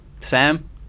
Sam